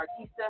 Artista